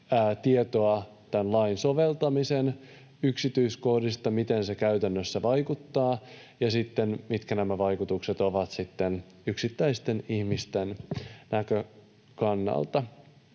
tietoa tämän lain soveltamisen yksityiskohdista, miten se käytännössä vaikuttaa ja mitkä nämä vaikutukset ovat sitten yksittäisten ihmisten näkökannalta.